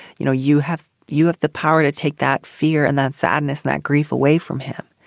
you know, you have you have the power to take that fear and that sadness, not grief away from him.